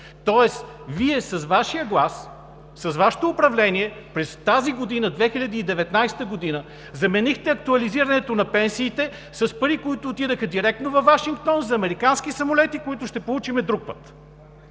Тоест Вие с Вашия глас, с Вашето управление през тази година – 2019-а, заменихте актуализирането на пенсиите с пари, които отидоха директно във Вашингтон за американски самолети, които ще получим друг път!